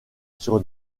sur